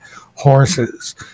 horses